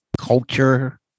culture